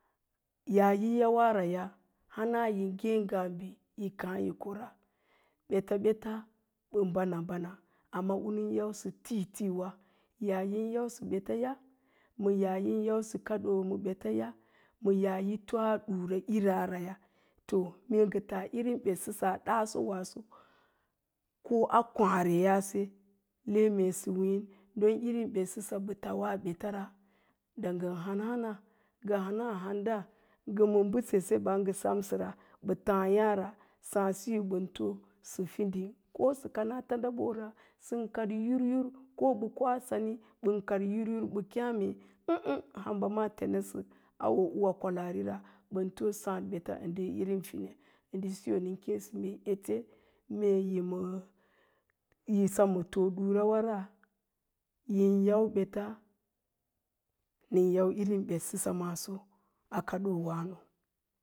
Yaa yi yawara hana yi ngék ngaa bi yi káá yi kora. Beta-ɓets bə bana-bana amma unən yausə titííwa yaa yin yausə ɓetaya ma yaa yin yausə kaɗoo ma betaya ma yaa yi, toa ɗura'iraraya, to mee ka tas irin ɓetsasaya a daasowaaaso, ko a kwááreyaase le mee sə wíín don irin ɓetsasaya ɓə tauwa ɓetara, da ngən hán hə́na ngə hə́nahánda, ngə bə sesebə ngə semsəra bə tááyára sáád siso ɓən too sə fiding, ko sə kana tandaɓora sən kad yur yur ko ɓa koa sani ɓən kar yinyur ɓə kéé bə me hamba ma ten asa auwo w`wá naa kwalaarira, ɓən too ndə ɓets əndə siyo nə kéésə mee ete mee yi ma-yi semma toɗurawara yin yau ɓets, nən yau irin ɓetsəsa maaso a kaɗowáno